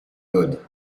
good